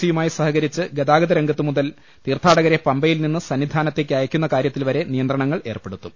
C യുമായി സഹകരിച്ച് ഗതാഗത രംഗത്തുമുതൽ തീർത്ഥാടകരെ പമ്പയിൽ നിന്ന് സന്നിധാനത്തേക്ക് അയക്കുന്ന കാര്യത്തിൽ വരെ നിയന്ത്രണങ്ങൾ ഏർപ്പെടുത്തും